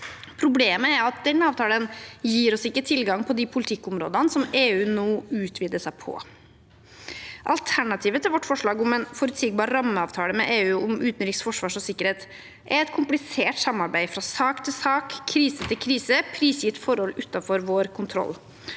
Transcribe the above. Problemet er at den avtalen ikke gir oss tilgang til de politikkområdene som EU nå utvider seg på. Alternativet til vårt forslag om en forutsigbar rammeavtale med EU om utenriks-, forsvars- og sikkerhetspolitikk er et komplisert samarbeid fra sak til sak og krise til krise, prisgitt forhold utenfor vår kontroll,